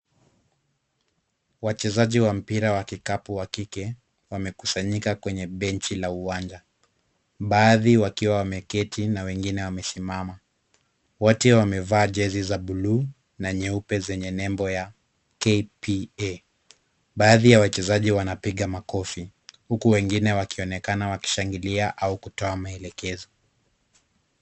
Wachezaji wa mpira wa kikapu wa kike, wamekusanyika kwenye benchi la uwanja, baadhi wakiwa wameketi na wengine wamesimama. Wote wamevaa jezi za bluu na nyeupe zenye nembo ya KPA. Baadhi ya wachezaji wanapiga makofi huku wengine wakionekana wakishangilia au kutoa maelekezo.